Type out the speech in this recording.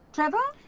trevor?